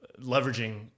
leveraging